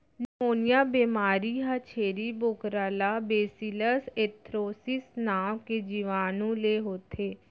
pneumonia बेमारी ह छेरी बोकरा ला बैसिलस एंथ्रेसिस नांव के जीवानु ले होथे